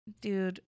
dude